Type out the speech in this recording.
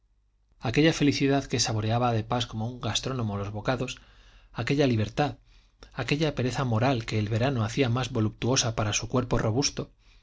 aquella felicidad que saboreaba de pas como un gastrónomo los bocados aquella libertad aquella pereza moral que el verano hacía más voluptuosa para su cuerpo robusto